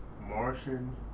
Martian